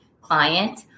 client